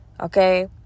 Okay